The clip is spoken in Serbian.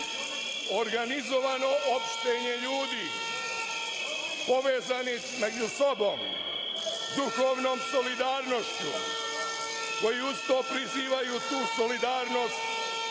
organizovano opštenje ljudi povezanih među sobom duhovnom solidarnošću, koji uz to prizivaju tu solidarnost